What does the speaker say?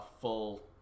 full